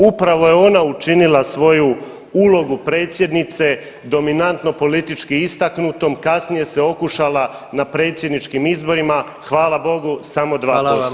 Upravo je ona učinila svoju ulogu predsjednice dominantno politički istaknutom, kasnije se okušala na predsjedničkim izborima hvala Bogu [[Upadica: Hvala vam.]] samo 2%